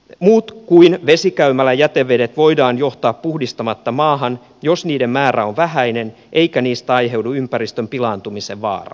muut kuin vesikäymälän jätevedet voidaan johtaa puhdistamatta maahan jos niiden määrä on vähäinen eikä niistä aiheudu ympäristön pilaantumisen vaaraa